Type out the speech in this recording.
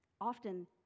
often